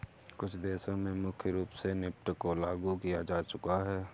कुछ देशों में मुख्य रूप से नेफ्ट को लागू किया जा चुका है